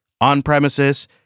on-premises